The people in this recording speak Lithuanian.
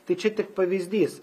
tai čia tik pavyzdys